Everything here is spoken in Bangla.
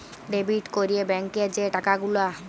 ডেবিট ক্যরে ব্যাংকে যে টাকা গুলা